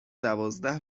دوازده